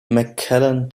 mcclellan